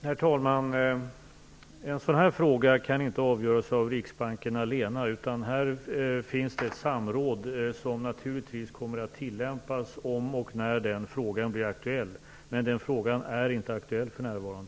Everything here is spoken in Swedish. Herr talman! En sådan här fråga kan inte avgöras av Riksbanken allena, utan ett samråd kommer naturligtvis att tillämpas om och när den frågan blir aktuell. Men den frågan är inte aktuell för närvarande.